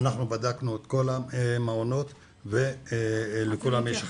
אנחנו בדקנו את כל המעונות ולכולם יש הכשרה.